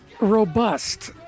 robust